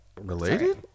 related